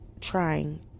trying